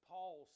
Paul